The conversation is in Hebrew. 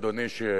אדוני,